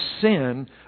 sin